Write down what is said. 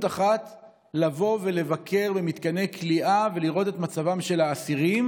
אחת לבוא ולבקר במתקני כליאה ולראות את מצבם של האסירים.